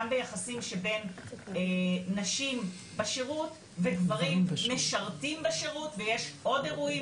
גם ביחסים שבין נשים בשירות וגברים משרתים בשירות ויש עוד אירועים,